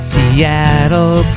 Seattle